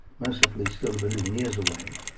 mercifully still a billion years away,